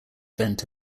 vent